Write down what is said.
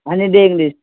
honey day English